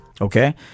okay